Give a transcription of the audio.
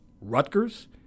Rutgers